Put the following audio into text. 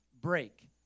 break